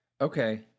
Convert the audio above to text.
Okay